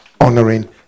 Honoring